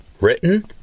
Written